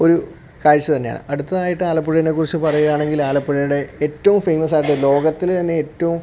ഒരു കാഴ്ച്ച തന്നെ ആണ് അടുത്തതായിട്ട് ആലപ്പുഴയെ കുറിച്ച് പറയുകയാണെങ്കിൽ ആലപ്പുഴയുടെ ഏറ്റവും ഫേമസായിട്ടുള്ള ലോകത്തിൽ തന്നെ ഏറ്റവും